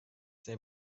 sehr